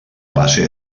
base